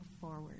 forward